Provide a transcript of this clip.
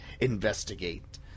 investigate